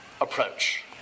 approach